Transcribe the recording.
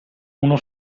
uno